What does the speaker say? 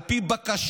על פי בקשה.